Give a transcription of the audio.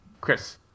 Chris